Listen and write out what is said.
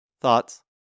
Thoughts